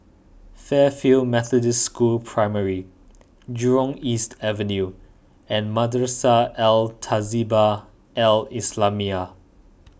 Fairfield Methodist School Primary Jurong East Avenue and Madrasah Al Tahzibiah Al Islamiah